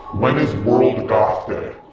when is world goth day?